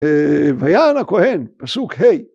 ויען הכהן, פסוק ה'.